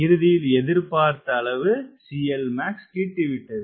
இறுதியில் எதிர்பார்த்த அளவு CLmax கிட்டிவிட்டது